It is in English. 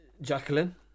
Jacqueline